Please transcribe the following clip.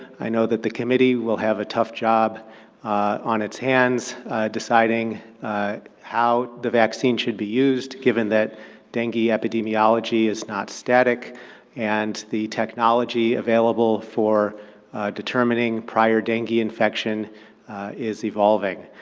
i know that the committee will have a tough job on its hands deciding how the vaccine should be used given that dengue epidemiology is not static and the technology available for determining prior dengue infection is evolving.